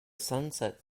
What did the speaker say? sunset